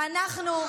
ואנחנו,